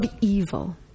evil